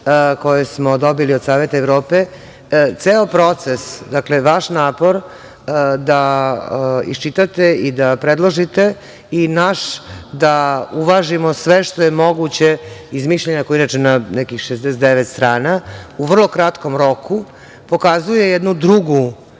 koje smo dobili od Saveta Evrope, ceo proces, vaš napor, da iščitate i da predložite, i naš da uvažimo sve što je moguće, iz mišljenja, koje je inače na nekih 69 strana, u vrlo kratkom roku, pokazuje jednu drugu